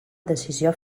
decisió